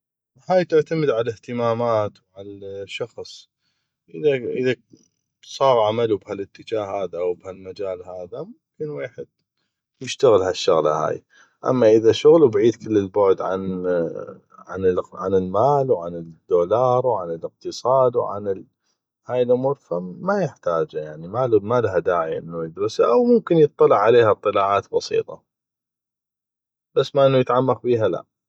هاي تعتمد عالاهتمامات مال شخص اذا صاغ عملو بهالاتجاه هذا وبهالمجال هذا كل ويحد يشتغل هالشغله هاي اما اذا شغلو بعيد كل البعد عن المال وعن الدولار وعن الاقتصاد وعن هاي الامور ف ما يحتاجه يعني ما لها داعي أو ممكن يطلع عليها اطلاعات بسيطة بس مال انو يتعمق بيها لا